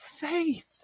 faith